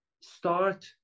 start